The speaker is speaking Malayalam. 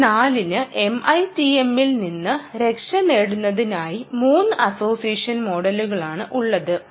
0 ന് MITM ൽ നിന്ന് രക്ഷനേടുന്നതിനായി 3 അസോസിയേഷൻ മോഡലുകളാണ് ഉള്ളത്